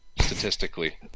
Statistically